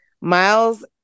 Miles